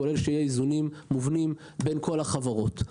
כולל שיהיו איזונים מובנים בין כל החברות.